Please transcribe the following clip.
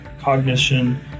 cognition